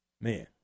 Man